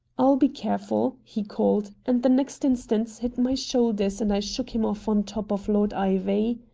i'll be careful! he called, and the next instant hit my shoulders and i shook him off on top of lord ivy.